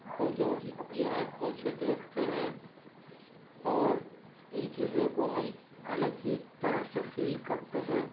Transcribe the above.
کو جب ہم اپنی آنکھوں سے دیکھتے ہیں اور ان چیزوں کو ہم الگ ہی طرح سے فیل کرتے ہیں